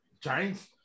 Giants